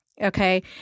okay